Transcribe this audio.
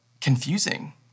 confusing